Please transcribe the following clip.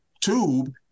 tube